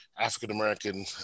African-American